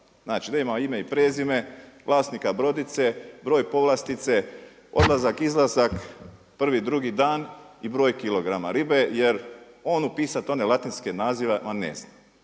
da ima ime i prezime, vlasnika brodice, broj povlastice, odlazak, izlazak, prvi, drugi dan i broj kilograma ribe jer on upisati one latinske nazive on ne zna.